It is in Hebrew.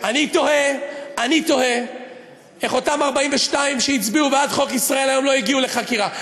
אני תוהה איך אותם 42 שהצביעו בעד חוק "ישראל היום" לא הגיעו לחקירה.